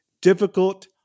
difficult